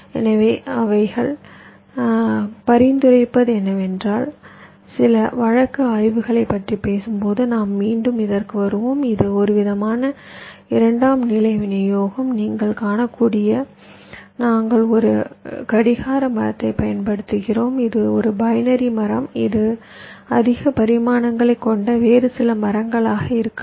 எனவே அவர்கள் பரிந்துரைப்பது என்னவென்றால் சில வழக்கு ஆய்வுகளைப் பற்றி பேசும்போது நாம் மீண்டும் இதற்கு வருவோம் இது ஒருவிதமான 2 நிலை விநியோகம் நீங்கள் காணக்கூடியபடி நாங்கள் ஒரு கடிகார மரத்தைப் பயன்படுத்துகிறோம் இது ஒரு பைனரி மரம் இது அதிக பரிமாணங்களைக் கொண்ட வேறு சில மரங்களாக இருக்கலாம்